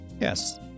Yes